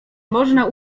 można